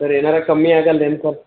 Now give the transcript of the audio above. sir ಏನಾರೂ ಕಮ್ಮಿ ಆಗಲ್ಲೇನ್ ಸರ್